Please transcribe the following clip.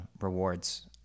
rewards